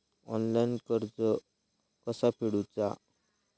Offline कर्ज कसा फेडूचा?